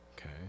okay